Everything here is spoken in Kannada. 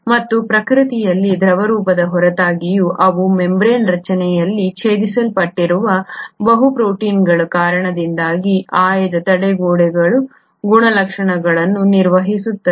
ಮತ್ತು ಪ್ರಕೃತಿಯಲ್ಲಿ ದ್ರವರೂಪದ ಹೊರತಾಗಿಯೂ ಅವು ಮೆಂಬರೇನ್ ರಚನೆಯಲ್ಲಿ ಛೇದಿಸಲ್ಪಟ್ಟಿರುವ ಬಹು ಪ್ರೋಟೀನ್ಗಳ ಕಾರಣದಿಂದಾಗಿ ಆಯ್ದ ತಡೆಗೋಡೆ ಗುಣಲಕ್ಷಣಗಳನ್ನು ನಿರ್ವಹಿಸುತ್ತವೆ